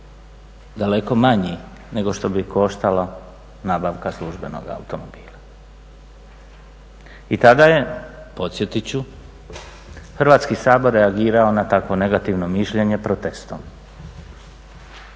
daleko manji nego što bi koštala nabavka službenog automobila. I tada je, podsjetit ću Hrvatski sabor reagirao na takvo negativno mišljenje protestom.